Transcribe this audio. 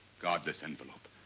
guard this envelope.